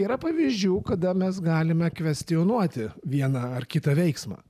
yra pavyzdžių kada mes galime kvestionuoti vieną ar kitą veiksmą